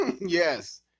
yes